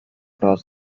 cross